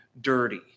dirty